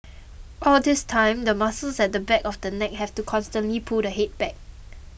all this time the muscles at the back of the neck have to constantly pull the head back